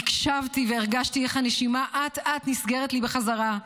"הקשבתי והרגשתי איך הנשימה אט-אט נסגרת לי חזרה,